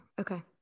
okay